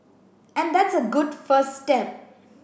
and that's a good first step